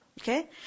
Okay